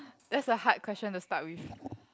that's a hard question to start with